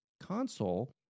console